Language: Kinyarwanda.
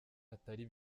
atari